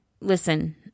listen